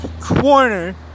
corner